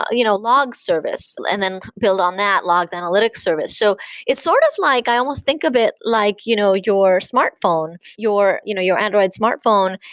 ah you know log service, and then build on that logs analytics service. so it's sort of like i almost think of it like you know your smartphone, your you know your android smartphone,